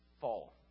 fall